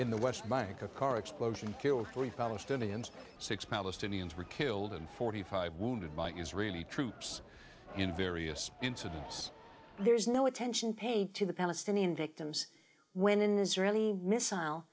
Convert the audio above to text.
in the west bank a car explosion killed three palestinians six palestinians were killed and forty five wounded by is really troops in various incidents there is no attention paid to the palestinian victims when an israeli mi